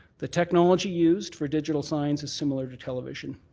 the technology used for digital signs is similar to television.